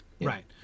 Right